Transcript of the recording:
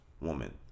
woman